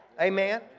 amen